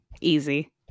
Easy